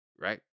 Right